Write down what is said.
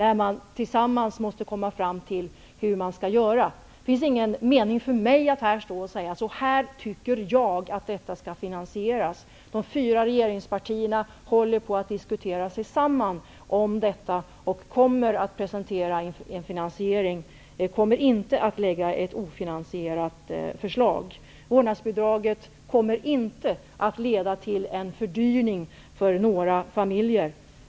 Vi måste tillsammans komma fram till hur vi skall göra. Det är ingen mening med att jag står här och säger hur jag tycker att bidraget skall finansieras. De fyra regeringspartierna håller på att resonera sig samman om detta och kommer att presentera ett förslag till finansiering. De kommer inte att lägga fram ett ofinansierat förslag om vårdnadsbidrag. Bidraget kommer inte att leda till en fördyring för någon familj.